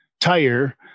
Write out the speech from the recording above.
tire